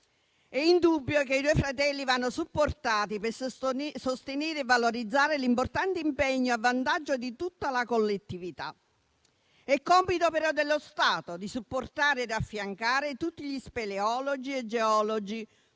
È indubbio che i due fratelli vanno supportati, per sostenere e valorizzare l'importante impegno a vantaggio di tutta la collettività. È compito però dello Stato supportare ed affiancare tutti gli speleologi e geologi